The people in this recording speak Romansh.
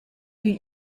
plü